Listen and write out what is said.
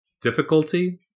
difficulty